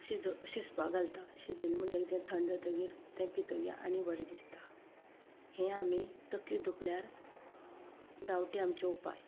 शिंज शिजपा घालता आनी शिजयले म्हणटकीर तें थंड जातकीर तें पितकीर आनी बरें दिसता हें आमी तकली दुखल्यार गांवठी आमचे उपाय